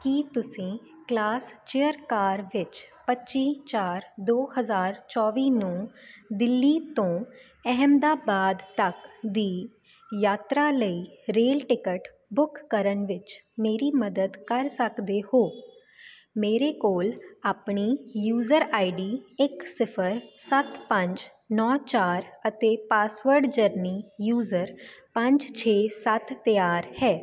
ਕੀ ਤੁਸੀਂ class chair car ਵਿੱਚ ਪੱਚੀ ਚਾਰ ਦੋ ਹਜ਼ਾਰ ਚੌਵੀ ਨੂੰ ਦਿੱਲੀ ਤੋਂ ਅਹਿਮਦਾਬਾਦ ਤੱਕ ਦੀ ਯਾਤਰਾ ਲਈ ਰੇਲ ਟਿਕਟ ਬੁੱਕ ਕਰਨ ਵਿੱਚ ਮੇਰੀ ਮਦਦ ਕਰ ਸਕਦੇ ਹੋ ਮੇਰੇ ਕੋਲ ਆਪਣੀ ਯੂਜਰ ਆਈਡੀ ਇੱਕ ਸਿਫਰ ਸੱਤ ਪੰਜ ਨੌਂ ਚਾਰ ਅਤੇ ਪਾਸਵਰਡ ਜਰਨੀ ਯੂਜ਼ਰ ਪੰਜ ਛੇ ਸੱਤ ਤਿਆਰ ਹੈ